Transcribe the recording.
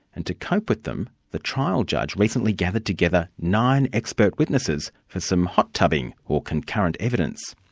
and to cope with them, the trial judge recently gathered together nine expert witnesses for some hot tubbing, or concurrent evidence.